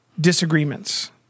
disagreements